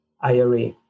IRA